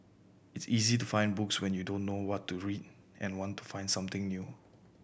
it's easy to find books when you don't know what to read and want to find something new